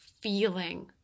feeling